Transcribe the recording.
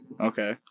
Okay